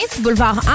boulevard